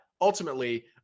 ultimately